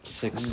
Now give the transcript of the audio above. six